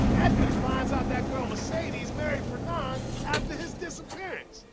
edmond finds out that girl mercedes married fernand after his disappearance.